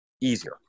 easier